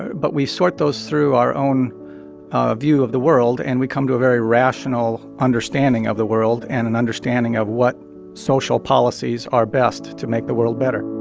but we sort those through our own ah view of the world. and we come to a very rational understanding of the world and an understanding of what social policies are best to make the world better